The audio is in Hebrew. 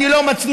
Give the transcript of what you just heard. אני לא מצליח.